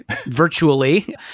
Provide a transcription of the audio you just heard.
virtually